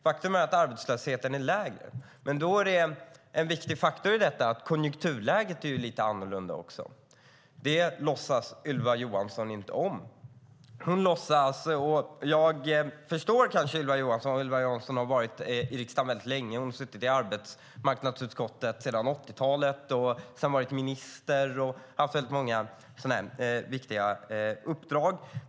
Faktum är att arbetslösheten är lägre. Men då är en viktig faktor i detta att konjunkturläget är lite annorlunda. Det låtsas Ylva Johansson inte om. Jag förstår kanske Ylva Johansson. Ylva Johansson har varit i riksdagen väldigt länge. Hon har suttit i arbetsmarknadsutskottet sedan 80-talet. Hon har varit minister och haft många viktiga uppdrag.